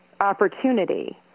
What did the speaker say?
opportunity